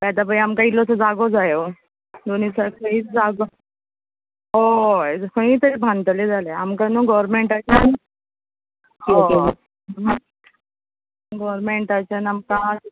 येता पय आमकां इल्लोसो जागो जायो दोनी सारकी जागो हय खंयीय तरी बांदतलें जाल्यार आमकां न्हू गोव्हर्मेंटाच्यान गोव्हर्मेंटाच्यान आमकां